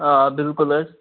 آ بِلکُل حظ